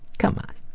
come on.